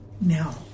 Now